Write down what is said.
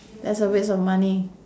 that's a waste of money